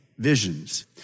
Visions